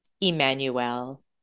Emmanuel